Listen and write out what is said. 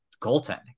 goaltending